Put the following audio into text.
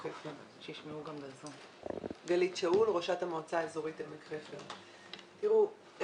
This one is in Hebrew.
תראו,